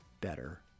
better